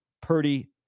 Purdy